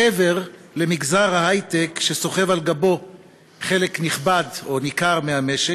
מעבר למגזר ההיי-טק שסוחב על גבו חלק נכבד או ניכר מהמשק.